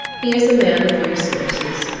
he is a man of resources,